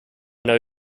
know